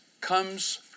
comes